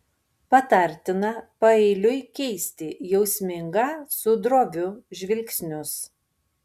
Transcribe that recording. patartina paeiliui keisti jausmingą su droviu žvilgsnius